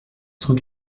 cent